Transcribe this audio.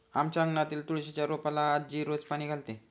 आमच्या अंगणातील तुळशीच्या रोपाला आजी रोज पाणी घालते